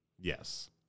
Yes